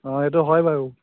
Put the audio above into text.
অঁ এইটো হয় বাৰু